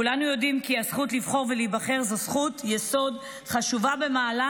כולנו יודעים כי הזכות לבחור ולהיבחר היא זכות יסוד חשובה במעלה,